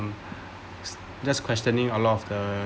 just questioning a lot of the